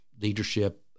leadership